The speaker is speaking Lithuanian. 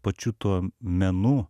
taip pat nuo pačių tuo menų